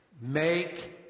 make